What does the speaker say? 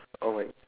alright